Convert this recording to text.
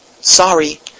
sorry